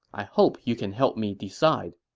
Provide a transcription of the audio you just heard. i hope you can help me decide.